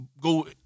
go